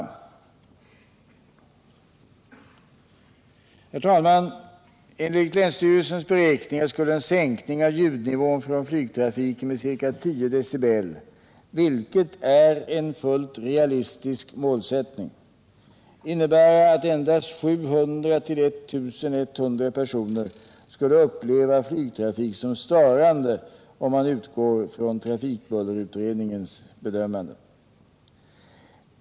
Flygplatsfrågan i Herr talman! Enligt länsstyrelsens beräkningar skulle en sänkning av = Stockholmsregioljudnivån från flygtrafiken med ca 10 dB — vilket är en fullt realistisk nen målsättning — innebära att endast 700-1 100 personer skulle uppleva flygtrafiken som störande, om man utgår från trafikbullerutredningens bedömningar.